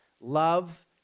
love